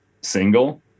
single